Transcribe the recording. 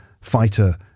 fighter